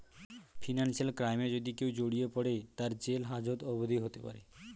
financial ক্রাইমে যদি কেও জড়িয়ে পরে, তার জেল হাজত অবদি হতে পারে